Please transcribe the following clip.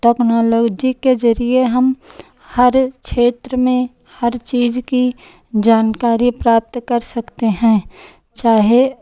technology के जरिए हम हर क्षेत्र में हर चीज़ की जानकारी प्राप्त कर सकते हैं चाहे